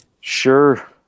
Sure